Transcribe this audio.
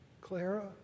Clara